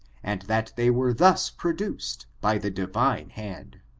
and that they were thus produced by the divine hand.